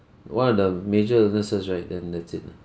one of the major illnesses right then that's it lah